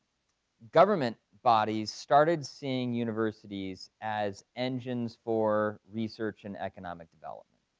government bodies started seeing universities as engines for research and economic development.